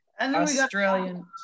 Australian